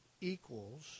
Equals